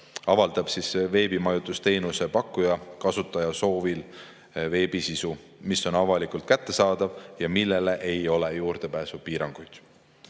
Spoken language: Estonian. avaldab veebimajutusteenuse pakkuja kasutaja soovil veebisisu, mis on avalikult kättesaadav ja millele ei ole juurdepääsupiiranguid.